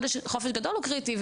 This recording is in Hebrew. חופשת גדול הוא קריטי,